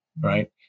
right